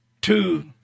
two